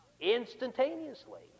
instantaneously